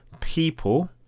people